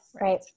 Right